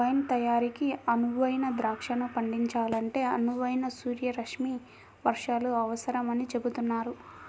wine తయారీకి అనువైన ద్రాక్షను పండించాలంటే అనువైన సూర్యరశ్మి వర్షాలు అవసరమని చెబుతున్నారు